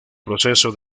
proceso